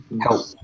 help